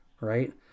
right